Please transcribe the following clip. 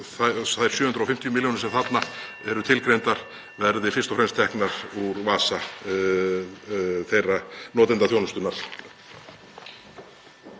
að þær 750 milljónir sem þarna eru tilgreindar verði fyrst og fremst teknar úr vasa notenda þjónustunnar.